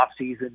offseason